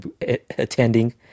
attending